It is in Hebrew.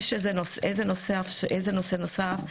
בנוסף,